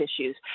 issues